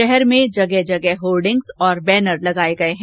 शहर में जगह जगह होर्डिंग्स और बैनर लगाए गए है